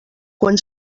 quan